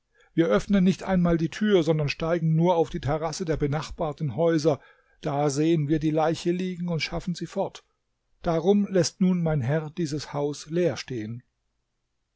wir öffnen nicht einmal die tür sondern steigen nur auf die terrasse der benachbarten häuser da sehen wir die leiche liegen und schaffen sie fort darum läßt nun mein herr dieses haus leer stehen